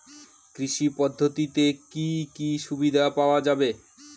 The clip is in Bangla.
কৃষি পদ্ধতিতে কি কি সুবিধা পাওয়া যাবে?